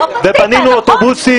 בנינו אוטובוסים.